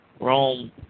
Rome